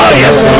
yes